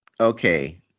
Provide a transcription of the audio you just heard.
Okay